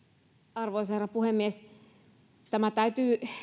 arvoisa herra puhemies tästä täytyy